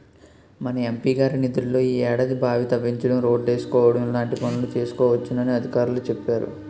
మన ఎం.పి గారి నిధుల్లో ఈ ఏడాది బావి తవ్వించడం, రోడ్లేసుకోవడం లాంటి పనులు చేసుకోవచ్చునని అధికారులే చెప్పేరు